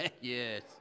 yes